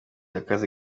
akazi